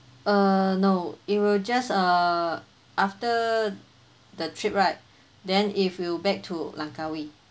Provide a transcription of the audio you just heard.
err no it will just err after the trip right then if you back to langkawi